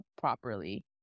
properly